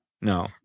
no